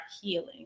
healing